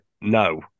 no